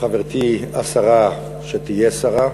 חברתי השרה, שתהיה שרה,